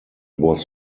was